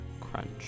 crunch